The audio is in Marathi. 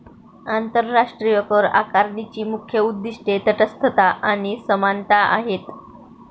आंतरराष्ट्रीय करआकारणीची मुख्य उद्दीष्टे तटस्थता आणि समानता आहेत